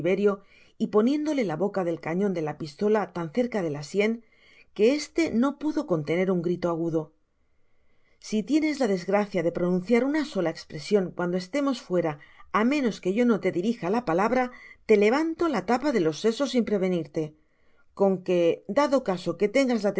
y poniéndole la boca del cañon de la pistola tan cerca de la cien que éste no pudo contener un grito agudo si tienes la desgracia de pronunciar una sola espresion cuando estemos fuera á menos que yo no te dirija la palabra te levanto la tapa de lo sesos sin prevenirte con que dado caso que tengas